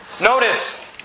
Notice